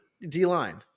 D-line